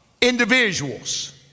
individuals